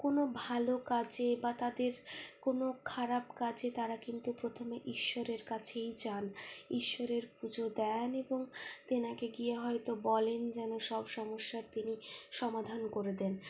কোনো ভালো কাজে বা তাদের কোনো খারাপ কাজে তারা কিন্তু প্রথমে ঈশ্বরের কাছেই যান ঈশ্বরের পুজো দেন এবং তেনাকে গিয়ে হয়তো বলেন যেন সব সমস্যার তিনি সমাধান করে দেন